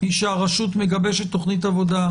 שהרשות מגבשת תוכנית עבודה,